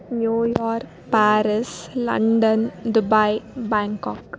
New York Paris London Dubai Bangkok